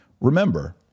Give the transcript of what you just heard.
Remember